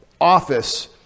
office